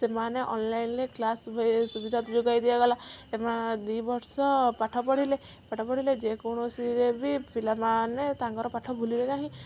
ସେମାନେ ଅନଲାଇନରେ କ୍ଲାସ ସୁବିଧା ଯୋଗାଇ ଦିଆଗଲା ସେମାନ ଦୁଇ ବର୍ଷ ପାଠ ପଢ଼ିଲେ ପାଠ ପଢ଼ିଲେ ଯେକୌଣସିରେବି ପିଲାମାନେ ତାଙ୍କର ପାଠ ଭୁଲିଲେ ନାହିଁ